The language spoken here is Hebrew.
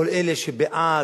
כל אלה שבעד